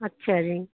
ਅੱਛਾ ਜੀ